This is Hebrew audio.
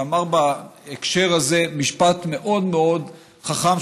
שאמר בהקשר הזה משפט מאוד מאוד חכם,